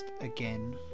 again